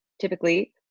typically